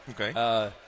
Okay